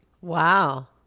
Wow